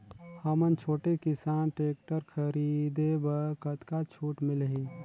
हमन छोटे किसान टेक्टर खरीदे बर कतका छूट मिलही?